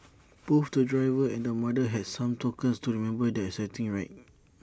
both the driver and the mother had some tokens to remember their exciting ride